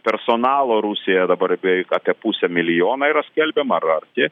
personalo rusija dabar beveik apie pusę milijono yra skelbiama ar arti